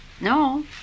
No